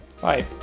bye